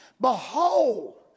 Behold